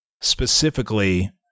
specifically